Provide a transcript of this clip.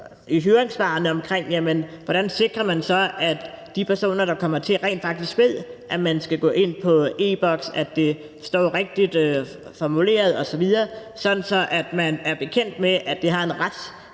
i høringssvarene om, hvordan man så sikrer, at de personer, der kommer hertil, rent faktisk ved, at man skal gå ind på e-Boks, at det står rigtigt formuleret osv., sådan at man er bekendt med, at det har en